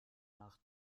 nach